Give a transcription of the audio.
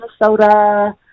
Minnesota